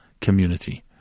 community